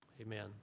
amen